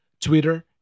Twitter